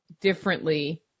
differently